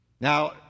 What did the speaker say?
Now